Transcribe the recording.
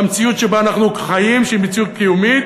במציאות שבה אנחנו חיים, שהיא מציאות קיומית,